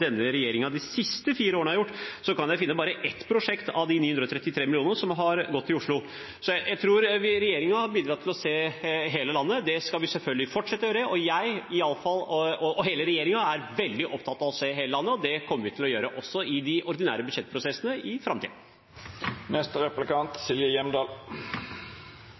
har bidratt til å se hele landet. Det skal vi selvfølgelig fortsette å gjøre, og iallfall jeg – og hele regjeringen – er veldig opptatt av å se hele landet. Det kommer vi til å gjøre også i de ordinære budsjettprosessene i framtiden. Silje Hjemdal